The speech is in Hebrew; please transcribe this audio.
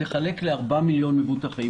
תחלק ל-4 מיליון מבוטחים,